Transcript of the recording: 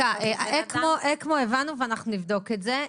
אקמו הבנו ואנחנו נבדוק את זה.